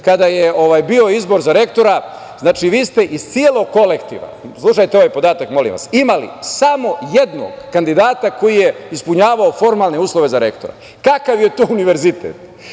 kada je bio izbor za rektora, vi ste iz celog kolektiva, slušajte ovaj podatak, molim vas, imali samo jednog kandidata koji je ispunjavao formalne uslove za rektora. Kakav je to Univerzitet